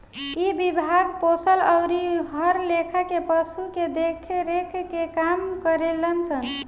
इ विभाग पोसल अउरी हर लेखा के पशु के देख रेख के काम करेलन सन